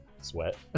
sweat